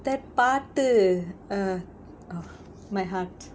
that part ah oh my heart